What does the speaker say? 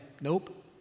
nope